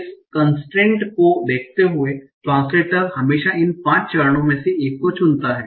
इस कन्स्ट्रेन्ट को को देखते हुए ट्रांस्लेटर हमेशा इन 5 चरणों में से एक को चुनता है